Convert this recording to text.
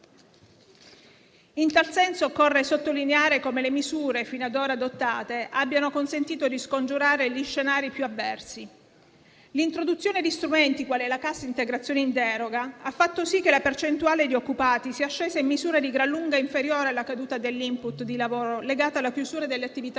In tal senso occorre sottolineare come le misure fino ad ora adottate abbiano consentito di scongiurare gli scenari più avversi. L'introduzione di strumenti quali la cassa integrazione in deroga ha fatto sì che la percentuale di occupati sia scesa in misura di gran lunga inferiore alla caduta dell'*input* di lavoro legato alla chiusura delle attività produttive.